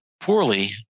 poorly